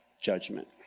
judgment